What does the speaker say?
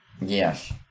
Yes